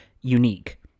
unique